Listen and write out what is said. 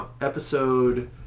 episode